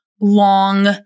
long